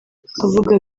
avuga